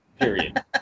Period